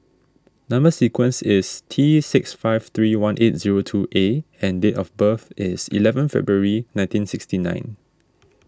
Number Sequence is T six five three one eight zero two A and date of birth is eleven February nineteen sixty nine